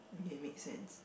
okay make sense